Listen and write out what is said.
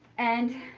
and